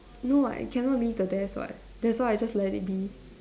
no I cannot leave the desk [what] that's why I just let it be